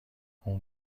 اون